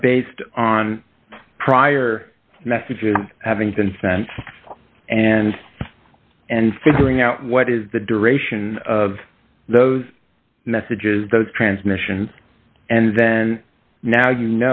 are based on prior messages having been sent and and figuring out what is the duration of those messages those transmission and then now you